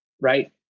right